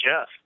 Jeff